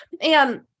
And-